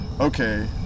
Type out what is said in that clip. okay